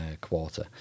quarter